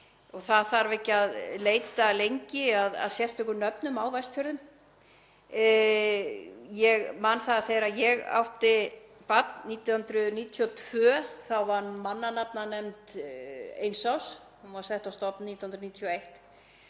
og ekki þarf að leita lengi að sérstökum nöfnum á Vestfjörðum. Ég man að þegar ég átti barn árið 1992 var mannanafnanefnd eins árs. Hún var sett á stofn 1991.